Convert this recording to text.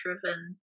driven